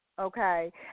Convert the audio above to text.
okay